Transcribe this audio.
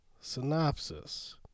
Synopsis